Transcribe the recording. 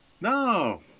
No